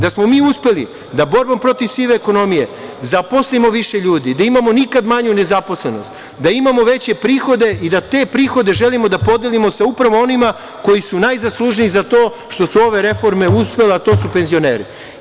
Da smo mi uspeli da borbom protiv sive ekonomije zaposlimo više ljudi, da imamo nikad manju nezaposlenost, da imamo veće prihode i da te prihode želimo da podelimo sa upravo onima koji su najzaslužniji za to što su ove reforme uspele, a to su penzioneri.